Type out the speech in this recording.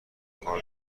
کار